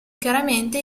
chiaramente